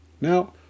Now